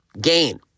Gain